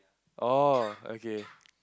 oh okay